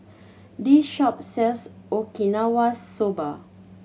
this shop sells Okinawa Soba